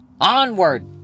onward